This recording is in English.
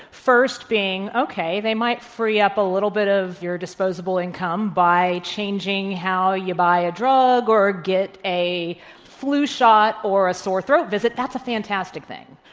first being, okay, they might free up a little bit of your disposable income by changing how you buy a drug or get a flu shot or a sore throat visit. that's a fantastic thing.